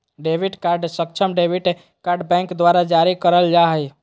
debit card सक्षम debit card bank द्वारा जारी करल जा हइ